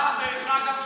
דרך אגב,